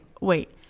wait